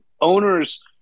owners